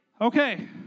Okay